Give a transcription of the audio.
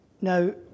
Now